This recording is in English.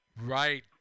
Right